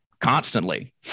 constantly